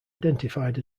identified